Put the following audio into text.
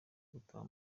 gutaha